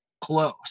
close